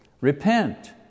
Repent